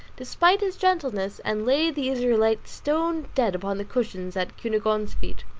despite his gentleness, and laid the israelite stone dead upon the cushions at cunegonde's feet.